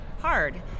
hard